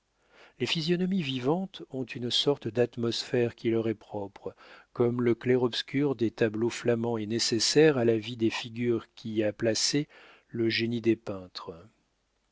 les physionomies vivantes ont une sorte d'atmosphère qui leur est propre comme le clair-obscur des tableaux flamands est nécessaire à la vie des figures qu'y a placées le génie des peintres